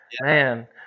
Man